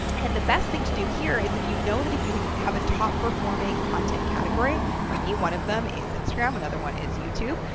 and the best thing to do here is if you know that if you have a top-performing content category, for me, one of them is instagram, another one is youtube,